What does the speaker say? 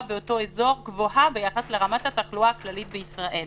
באותו אזור גבוהה ביחס לרמת התחלואה הכללית בישראל".